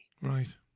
Right